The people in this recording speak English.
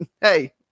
hey